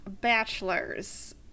bachelors